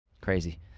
Crazy